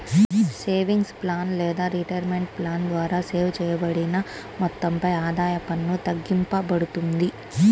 savings plan లేదా retirement plan ద్వారా save చేయబడిన మొత్తంపై ఆదాయ పన్ను తగ్గింపబడుతుంది